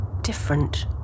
different